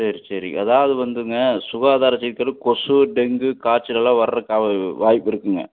சரி சரி அதாவது வந்துங்க சுகாதார சீர்கேடு கொசு டெங்கு காய்ச்சல் எல்லாம் வர்றக்கு வாய்ப்பு இருக்குதுங்க